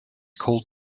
called